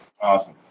Awesome